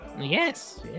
Yes